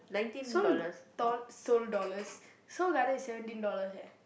Seoul doll~ Seoul dollars~ Seoul-Garden is seventeen dollars leh